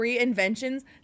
inventions